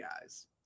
guys